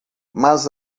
mas